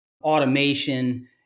Automation